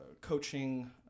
coaching